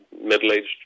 middle-aged